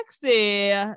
sexy